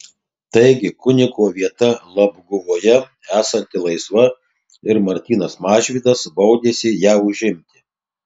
taigi kunigo vieta labguvoje esanti laisva ir martynas mažvydas baudėsi ją užimti